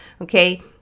okay